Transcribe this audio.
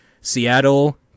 Seattle